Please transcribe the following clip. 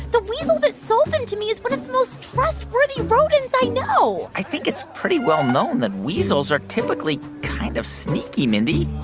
the weasel that sold them to me is one of the most trustworthy rodents i know i think it's pretty well-known that weasels are typically kind of sneaky, mindy